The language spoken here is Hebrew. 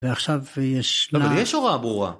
ועכשיו יש... אבל יש הוראה ברורה.